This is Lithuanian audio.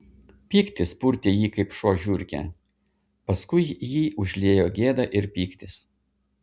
pyktis purtė jį kaip šuo žiurkę paskui jį užliejo gėda ir pyktis